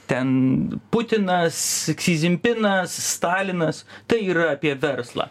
ten putinas kzizinpinas stalinas tai yra apie verslą